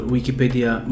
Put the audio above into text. Wikipedia